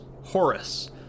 Horus